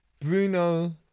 Bruno